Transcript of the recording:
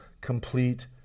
complete